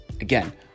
again